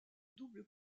double